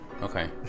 okay